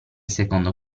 secondo